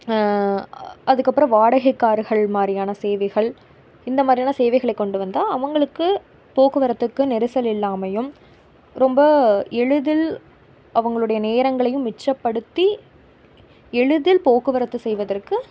அதுக்கப்பறம் வாடகை கார்கள் மாதிரியான சேவைகள் இந்த மாதிரியான சேவைகளை கொண்டு வந்தால் அவங்களுக்கு போக்குவரத்துக்கு நெரிசல் இல்லாமையும் ரொம்ப எளிதில் அவங்களுடைய நேரங்களையும் மிச்சப்படுத்தி எளிதில் போக்குவரத்து செய்வதற்கு